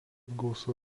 gausu